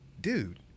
Dude